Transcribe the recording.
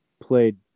played